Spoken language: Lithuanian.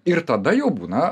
ir tada jau būna